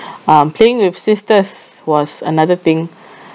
um playing with sisters was another thing